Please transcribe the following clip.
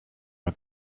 out